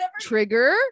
trigger